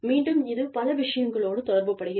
மீண்டும் இது பல விஷயங்களோடு தொடர்பு படுகிறது